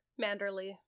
Manderley